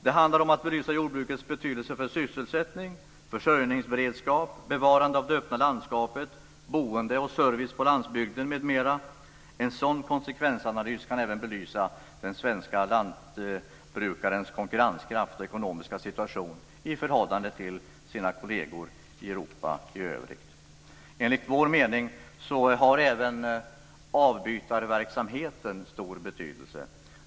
Det handlar om att belysa jordbrukets betydelse för sysselsättning, försörjningsberedskap, bevarande av det öppna landskapet, boende och service på landsbygden m.m. En sådan konsekvensanalys kan även belysa den svenska lantbrukarens konkurrenskraft och ekonomiska situation i förhållande till dennes kolleger i Europa i övrigt. Enligt vår mening har även avbytarverksamheten stor betydelse.